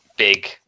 Big